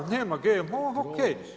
Nema GMO, OK.